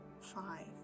five